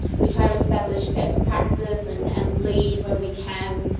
we try to establish best practice and and lead when we can,